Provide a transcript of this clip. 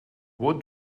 what